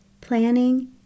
planning